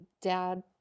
dad